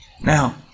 Now